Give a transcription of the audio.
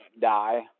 die